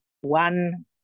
one